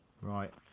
Right